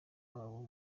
wabo